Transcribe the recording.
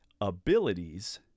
abilities